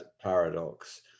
paradox